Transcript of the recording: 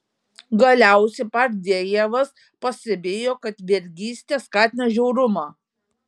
galiausiai berdiajevas pastebėjo kad vergystė skatina žiaurumą